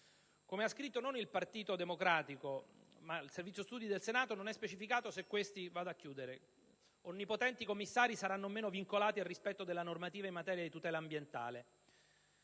Come ha scritto, non il Partito Democratico, ma il Servizio studi del Senato, non è specificato se questi onnipotenti commissari saranno o meno vincolati al rispetto della normativa in materia di tutela ambientale.